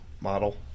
model